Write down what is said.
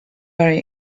very